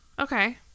okay